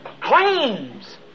claims